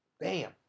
Bam